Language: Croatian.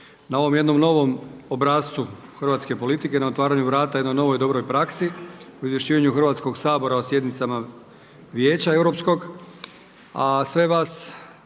na ovom jednom novom obrascu hrvatske politike, na otvaranju vrata jednoj novoj dobroj praksi u izvješćivanju Hrvatskog sabora o sjednicama Vijeća europskog.